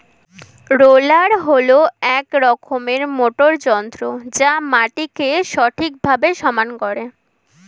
roller হল এক রকমের মোটর যন্ত্র যা মাটিকে ঠিকভাবে সমান করে